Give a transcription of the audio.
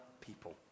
people